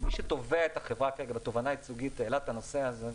שמי שתובע את החברה בתובענה ייצוגית והעלה את הנושא הזה,